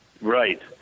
Right